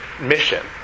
mission